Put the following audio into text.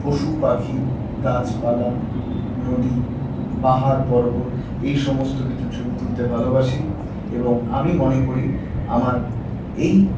পশু পাখি গাছপালা নদী পাহাড় পর্বত এই সমস্ত কিছুর ছবি তুলতে ভালোবাসি এবং আমি মনে করি আমার এই